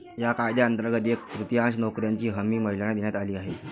या कायद्यांतर्गत एक तृतीयांश नोकऱ्यांची हमी महिलांना देण्यात आली आहे